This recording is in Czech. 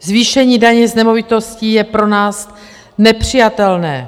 Zvýšení daně z nemovitostí je pro nás nepřijatelné.